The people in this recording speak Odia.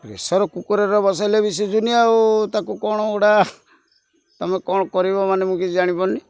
ପ୍ରେସର କୁକରରେ ବସେଇଲେ ବି ସୁଝୁନି ଆଉ ତାକୁ କ'ଣ ଗୁଡ଼ା ତମେ କ'ଣ କରିବ ମାନେ ମୁଁ କିଛି ଜାଣିପାରୁନି